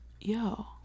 Yo